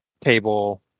table